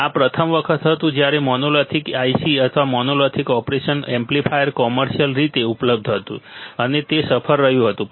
આ પ્રથમ વખત હતું જ્યારે મોનોલિથિક IC અથવા મોનોલિથિક ઓપરેશન એમ્પ્લીફાયર કૉમર્શિઅલ રીતે ઉપલબ્ધ હતું અને તે સફળ રહ્યું હતું